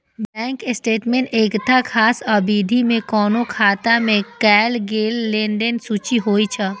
bank statement एकटा खास अवधि मे कोनो खाता मे कैल गेल लेनदेन के सूची होइ छै